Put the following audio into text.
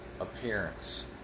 appearance